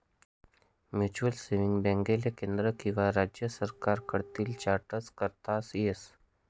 mutual saving बॅकले केंद्र किंवा राज्य सरकार कडतीन चार्टट करता येस